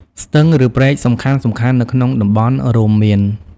ស្ទឹង ឬព្រែកសំខាន់ៗនៅក្នុងតំបន់រួមមាន: